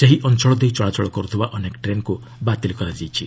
ସେହି ଅଞ୍ଚଳ ଦେଇ ଚଳାଚଳ କର୍ଥିବା ଅନେକ ଟ୍ରେନ୍କୁ ବାତିଲ୍ କରାଯାଇଛି